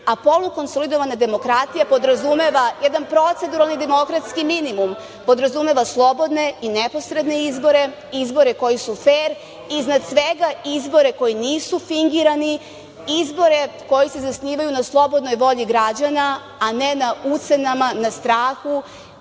a polukonsolidovana demokratija podrazumeva jedan proceduralni demokratski minimum, podrazumeva slobodne i neposredne izbore, izbore koji su fer, iznad svega izbore koji nisu fingirani, izbore koji se zasnivaju na slobodnoj volji građana, a ne na ucenama, na strahu